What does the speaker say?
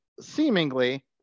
seemingly